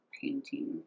painting